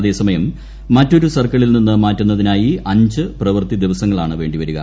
അതേസമയം മറ്റൊരു സർക്കിളിൽന്ന്നിന്ന് മാറ്റുന്നതിനായി അഞ്ച് പ്രവൃത്തി ദിവസങ്ങളാണ് വേണ്ടിവരിക